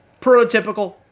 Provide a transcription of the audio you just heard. prototypical